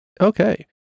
okay